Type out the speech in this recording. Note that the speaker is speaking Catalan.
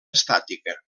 estàtica